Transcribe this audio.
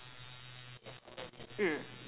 mm